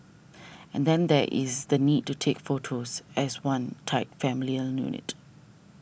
and then there is the need to take photos as one tight familial unit